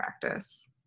practice